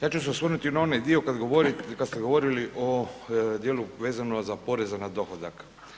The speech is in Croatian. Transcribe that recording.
Ja ću se osvrnuti na onaj dio kad ste govorili o dijelu vezano za poreze na dohodak.